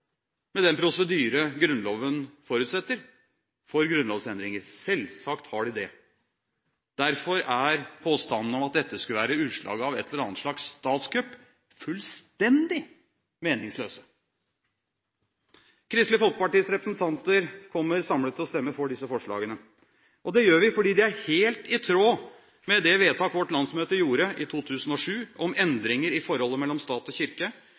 med den prosedyre Grunnloven forutsetter for grunnlovsendringer – selvsagt har de det. Derfor er påstandene om at dette skulle være et utslag av et eller annet slags statskupp, fullstendig meningsløse. Kristelig Folkepartis representanter kommer samlet til å stemme for disse forslagene. Det gjør vi fordi de er helt i tråd med de vedtak vårt landsmøte gjorde i 2007 om endringer i forholdet mellom stat og kirke,